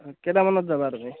অঁ কেইটামানত যাবা তুমি